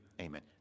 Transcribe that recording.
Amen